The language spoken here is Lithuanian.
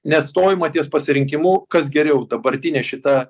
nes stovima ties pasirinkimu kas geriau dabartinė šita